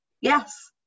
yes